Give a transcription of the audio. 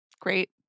Great